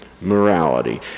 morality